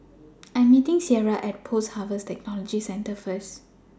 I Am meeting Sierra At Post Harvest Technology Centre First